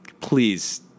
please